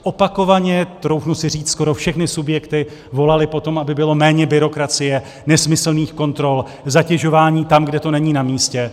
Opakovaně, troufnu si říct, skoro všechny subjekty volaly po tom, aby bylo méně byrokracie, nesmyslných kontrol, zatěžování tam, kde to není namístě.